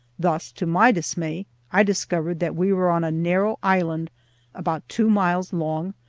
thus to my dismay i discovered that we were on a narrow island about two miles long,